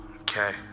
Okay